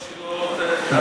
לא רק שלא תאזין,